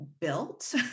built